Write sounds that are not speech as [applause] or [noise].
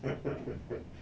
[laughs]